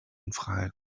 infrage